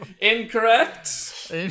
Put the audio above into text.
Incorrect